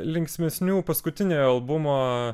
linksmesnių paskutiniojo albumo